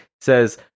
says